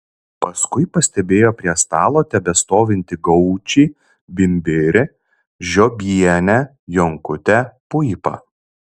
paskui pastebėjo prie stalo tebestovintį gaučį bimbirį žiobienę jonkutę puipą